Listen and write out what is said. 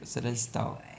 a certain style